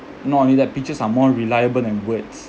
not only that pictures are more reliable than words